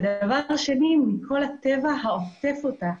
ומהצד השני כל הטבע העוטף אותה.